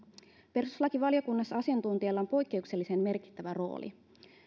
perustuslakivaliokunnassa asiantuntijoilla on poikkeuksellisen merkittävä rooli